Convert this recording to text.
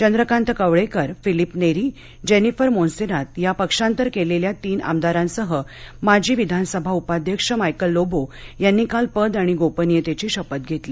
चंद्रकांत कवळेकर फिलिप नेरी जेनिफर मोन्सेरात या पक्षांतर केलेल्या तीन आमदारांसह माजी विधानसभा उपाध्यक्ष मायकल लोबो यांनी काल पद आणि गोपनीयतेची शपथ घेतली